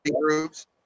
groups